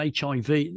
HIV